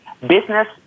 business